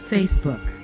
Facebook